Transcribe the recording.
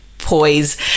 poise